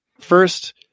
first